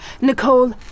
Nicole